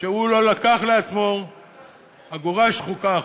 שהוא לא לקח לעצמו אגורה שחוקה אחת.